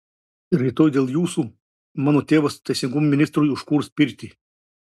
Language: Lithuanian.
rytoj dėl jūsų mano tėvas teisingumo ministrui užkurs pirtį